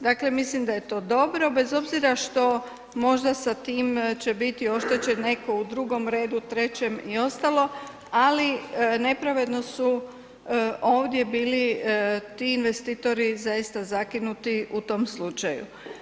Dakle mislim da je to dobro bez obzira što možda sa tim će biti oštećen netko u drugom redu, trećem i ostalo ali nepravedno su ovdje bili ti investitori zaista zakinuti u tom slučaju.